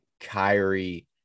Kyrie